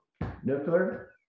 nuclear